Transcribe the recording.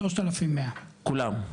3,100. כולם?